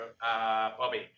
Bobby